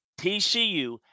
TCU